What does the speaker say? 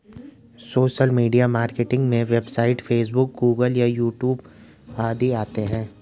social media marketing में WhatsApp Facebook Google YouTube आदि आते है